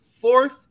fourth